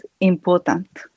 important